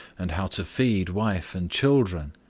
and how to feed wife and children.